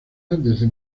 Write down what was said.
desde